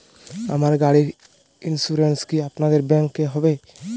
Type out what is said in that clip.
আমার গাড়ির ইন্সুরেন্স কি আপনাদের ব্যাংক এ হবে?